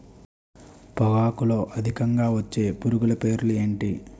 పొగాకులో అధికంగా వచ్చే పురుగుల పేర్లు ఏంటి